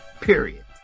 Period